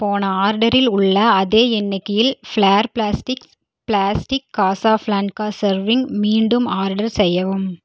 போன ஆர்டரில் உள்ள அதே எண்ணிக்கையில் ஃப்ளார் பிளாஸ்டிக்ஸ் பிளாஸ்டிக் காஸாபிளான்கா சர்விங் மீண்டும் ஆர்டர் செய்யவும்